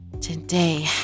Today